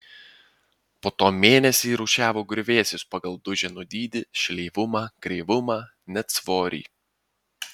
po to mėnesį rūšiavo griuvėsius pagal duženų dydį šleivumą kreivumą net svorį